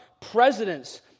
Presidents